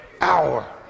hour